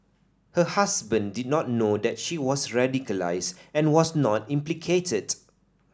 her husband did not know that she was radicalised and was not implicated